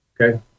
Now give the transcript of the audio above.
Okay